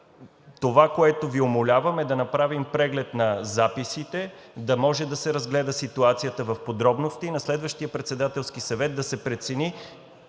Това, което Ви умолявам, е да направим преглед на записите, да може да се разгледа ситуацията в подробности и на следващия Председателски съвет да се прецени